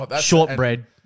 shortbread